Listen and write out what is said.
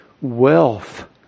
wealth